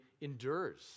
endures